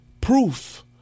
Proof